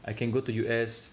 I can go to U_S